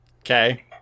okay